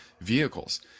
vehicles